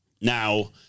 now